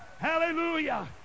Hallelujah